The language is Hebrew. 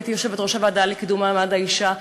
כשהייתי יושבת-ראש הוועדה לקידום מעמד האישה,